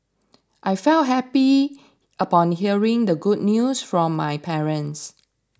I felt happy upon hearing the good news from my parents